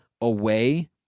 away